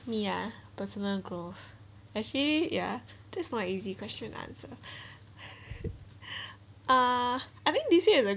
me ah personal growth actually ya that's not easy question answer uh I think this year is a